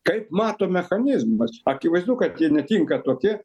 kaip mato mechanizmus akivaizdu kad jie netinka tokie